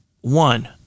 One